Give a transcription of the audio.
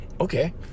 okay